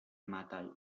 metall